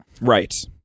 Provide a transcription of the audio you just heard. Right